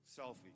selfie